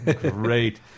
Great